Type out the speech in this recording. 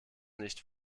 nicht